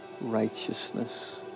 righteousness